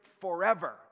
forever